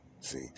see